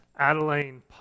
Adelaine